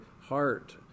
heart